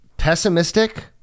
Pessimistic